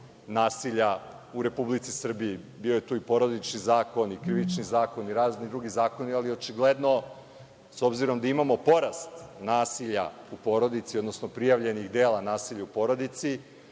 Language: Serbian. nasilja u Republici Srbiji. Bio je tu i porodični zakon i Krivični zakon i razni drugi zakoni, ali očigledno, s obzirom da imamo porast nasilja u porodici, odnosno prijavljenih dela nasilja u porodici,